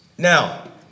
Now